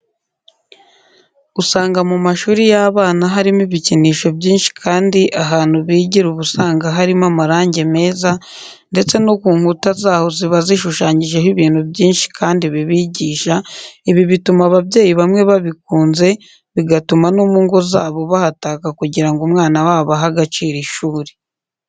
Usanga mu mashuri y'abana harimo ibikinisho byinshi kandi ahantu bigira uba usanga harimo amarange meza ndetse no ku nkuta zaho ziba zishushanyijeho ibintu byinshi kandi bibigisha, ibi bituma ababyeyi bamwe babikunze bigatuma no mu ngo zabo bahataka kugira ngo umwana wabo ahe agaciro ishuri.